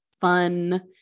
fun